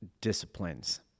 disciplines